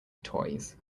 toys